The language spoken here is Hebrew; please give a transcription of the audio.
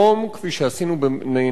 כפי שעשינו בנפת אשקלון,